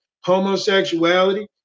homosexuality